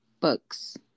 books